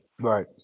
right